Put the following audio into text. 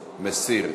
לא, מסיר.